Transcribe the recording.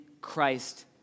Christ